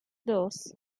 dos